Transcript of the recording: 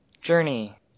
Journey